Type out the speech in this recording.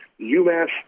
UMass